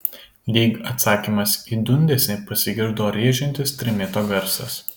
lyg atsakymas į dundesį pasigirdo rėžiantis trimito garsas